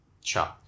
Sure